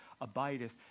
abideth